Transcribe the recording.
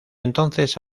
entonces